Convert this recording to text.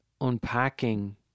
unpacking